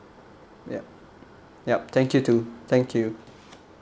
yup yup thank you too thank you